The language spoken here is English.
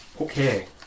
Okay